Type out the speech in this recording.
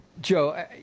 Joe